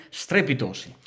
strepitosi